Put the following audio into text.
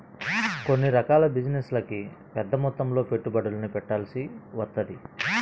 కొన్ని రకాల బిజినెస్లకి పెద్దమొత్తంలో పెట్టుబడుల్ని పెట్టాల్సి వత్తది